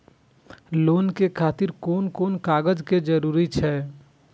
Loan के खातिर कोन कोन कागज के जरूरी छै?